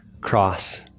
cross